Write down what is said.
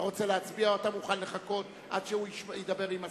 אתה רוצה להצביע או שאתה מוכן לחכות עד שהוא ידבר עם השר?